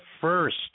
first